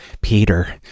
Peter